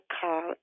call